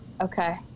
okay